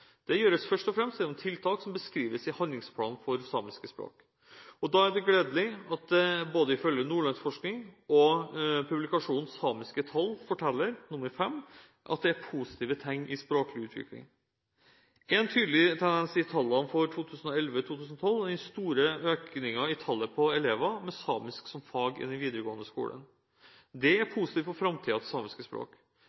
Det gjøres først og fremst gjennom tiltak som beskrives i handlingsplanen for samiske språk. Og da er det gledelig at det både ifølge Nordlandsforskning og publikasjonen Samiske tall forteller 5 er positive tegn i språklig utvikling. En tydelig tendens i tallene for 2011–2012 er den store økningen i tallet på elever med samisk som fag i den videregående skolen. Dette er positivt for framtiden for samiske språk. Positivt er det